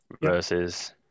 versus